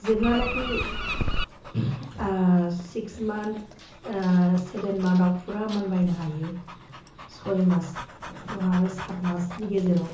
जेब्लानाखि six month seven मान्थआव फुरा मानबायनो हायो सय मास आरो सात मासनि गेजेराव